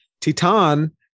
Titan